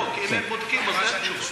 לא, כי אם הם בודקים אז אין תשובה.